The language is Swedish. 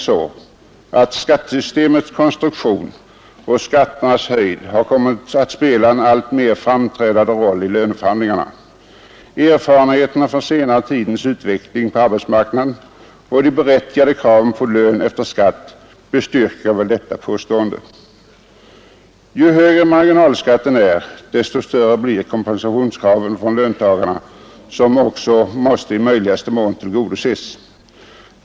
Skattesystemets konstruktion och skatternas höjd har kommit att spela en alltmer framträdande roll vid löneförhandlingarna. Erfarenheterna från den senare tidens utveckling på arbetsmarknaden och de berättigade kraven på lön efter skatt bestyrker väl detta påstående. Ju högre marginalskatten är, desto större blir kompensationskraven från löntagarna, som också måste i möjligaste mån tillgodoses.